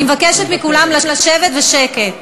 אני מבקשת מכולם לשבת בשקט.